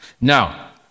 Now